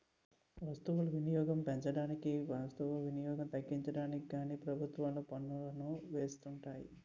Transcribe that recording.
వస్తువులు వినియోగం పెంచడానికి వస్తు వినియోగం తగ్గించడానికి కానీ ప్రభుత్వాలు పన్నులను వేస్తుంటాయి